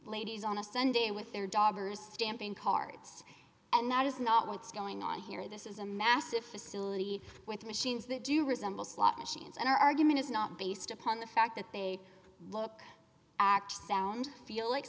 ladies on a sunday with their daughters stamping carts and that is not what's going on here this is a massive facility with machines that do resemble slot machines and our argument is not based upon the fact that they look